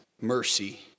mercy